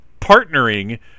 partnering